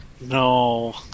No